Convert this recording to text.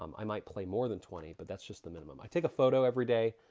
um i might play more than twenty, but that's just the minimum. i take a photo every day.